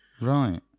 Right